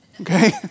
Okay